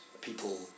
people